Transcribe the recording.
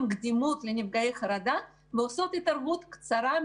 קדימות לנפגעי חרדה ועושות התערבות קצרה,